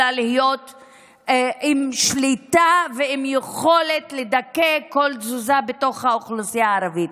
אלא להיות עם שליטה ועם יכולת לדכא כל תזוזה בתוך האוכלוסייה הערבית.